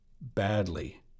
badly